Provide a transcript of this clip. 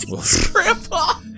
grandpa